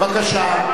בבקשה.